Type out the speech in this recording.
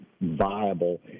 viable